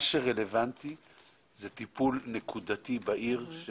מה שרלוונטי זה טיפול נקודתי בעיר.